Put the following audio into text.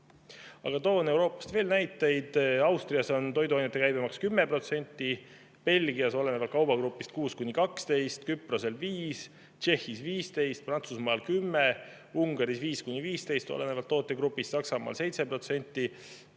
Aga toon Euroopast veel näiteid. Austrias on toiduainete käibemaks 10%, Belgias on see olenevalt kaubagrupist 6–12%, Küprosel 5%, Tšehhis 15%, Prantsusmaal 10%, Ungaris 5–15%, olenevalt tootegrupist, Saksamaal 7%.